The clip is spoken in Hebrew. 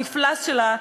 המפלס שלה,